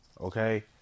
okay